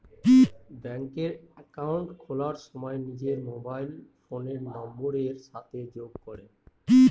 ব্যাঙ্কে একাউন্ট খোলার সময় নিজের মোবাইল ফোনের নাম্বারের সাথে যোগ করে